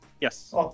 yes